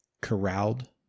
corralled